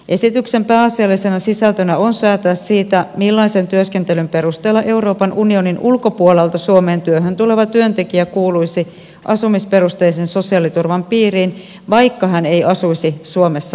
esityksen pääasiallisena sisältönä on säätää siitä millaisen työskentelyn perusteella euroopan unionin ulkopuolelta suomeen työhön tuleva työntekijä kuuluisi asumisperusteisen sosiaaliturvan piiriin vaikka hän ei asuisi suomessa vakituisesti